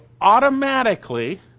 automatically